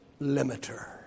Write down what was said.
limiter